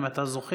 אם אתה זוכר,